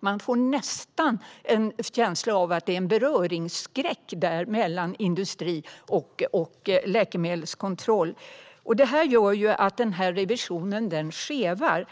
Man får nästan känslan av att det finns en beröringsskräck mellan industri och läkemedelskontroll. Detta gör att revisionen skevar.